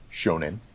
Shonen